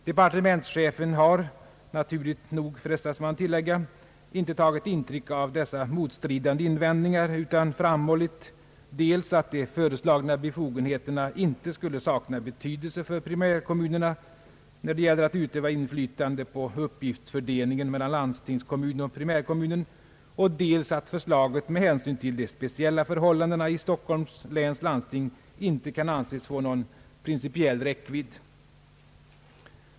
Departementschefen har, naturligt nog frestas man tillägga, inte tagit intryck av dessa motstridande invändningar utan framhållit dels att de föreslagna befogenheterna skulle sakna betydelse för primärkommunerna när det gäller att utöva inflytande på uppgiftsfördelningen mellan <landstingskommunen och primärkommunen, dels att förslaget med hänsyn till de speciella förhållandena i Stockholms läns landsting inte kan anses få någon principiell räckvidd.